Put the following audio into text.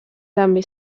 també